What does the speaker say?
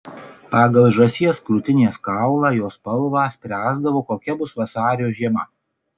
pagal žąsies krūtinės kaulą jo spalvą spręsdavo kokia bus vasario žiema